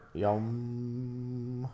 yum